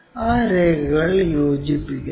ആ രേഖകൾ യോജിപ്പിക്കുന്നു